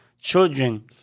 children